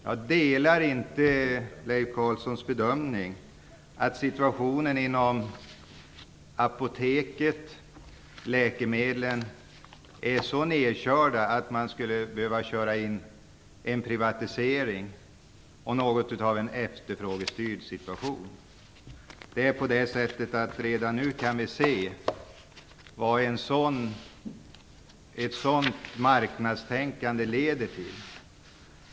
Jag instämmer inte i Leif Carlsons bedömning att situationen när det gäller apoteken och läkemedel skulle vara så nerkörd att man skulle behöva en privatisering och något av en efterfrågestyrd situation. Redan nu kan vi se vad ett sådant marknadstänkande leder till.